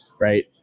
right